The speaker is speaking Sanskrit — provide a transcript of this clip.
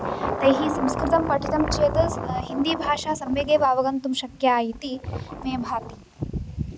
तैः संस्कृतं पठितं चेत् हिन्दीभाषा सम्यगेव अवगन्तुं शक्या इति मे भाति